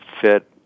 fit